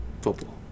football